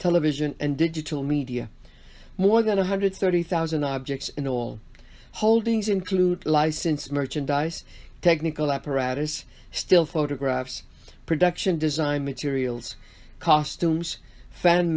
television and digital media more than one hundred thirty thousand objects in all holdings include license merchandise technical apparatus still photographs production design materials costumes